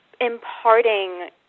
imparting